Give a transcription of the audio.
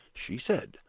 she said,